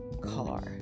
car